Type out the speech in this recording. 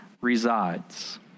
resides